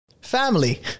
Family